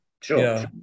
sure